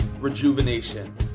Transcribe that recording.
rejuvenation